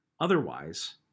Otherwise